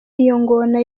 ngona